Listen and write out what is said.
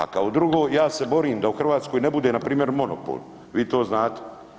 A kao drugo ja se borim da u Hrvatskoj ne bude npr. monopol, vi to znate.